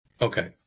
Okay